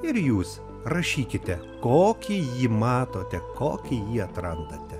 ir jūs rašykite kokį jį matote kokį jį atrandate